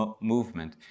movement